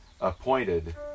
appointed